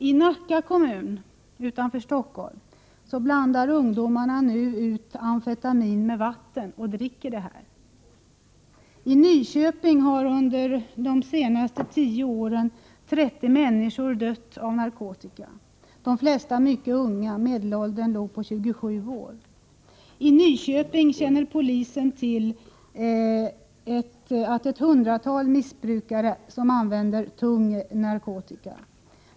I Nacka kommun utanför Stockholm blandar ungdomarna ut amfetamin med vatten och dricker detta. I Nyköping har under de senaste tio åren 30 människor dött av narkotika. De flesta var mycket unga — genomsnittsåldern var 27 år. I Nyköping känner polisen till ett hundratal missbrukare som använder tung narkotika.